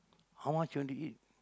how much you want to eat